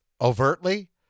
overtly